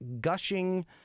gushing –